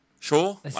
Sure